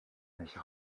nicht